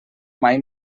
mai